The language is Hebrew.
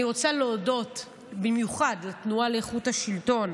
אני רוצה להודות במיוחד לתנועה לאיכות השלטון,